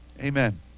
Amen